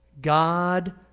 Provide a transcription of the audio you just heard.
God